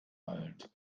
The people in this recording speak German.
alt